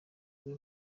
iwe